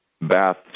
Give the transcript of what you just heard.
bath